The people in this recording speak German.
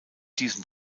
diesem